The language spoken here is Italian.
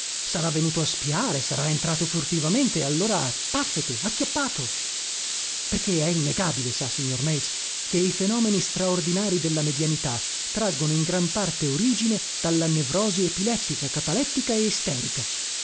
sarà venuto a spiare sarà entrato furtivamente e allora pàffete acchiappato perché è innegabile sa signor meis che i fenomeni straordinarii della medianità traggono in gran parte origine dalla nevrosi epilettica catalettica e isterica